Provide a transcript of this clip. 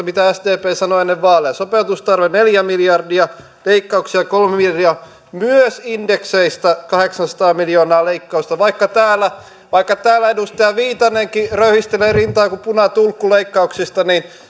mitä sdp sanoi ennen vaaleja sopeutustarve neljä miljardia leikkauksia kolme miljardia myös indekseistä kahdeksansataa miljoonaa leikkausta vaikka täällä vaikka täällä edustaja viitanenkin röyhistelee rintaa kuin punatulkku leikkauksista niin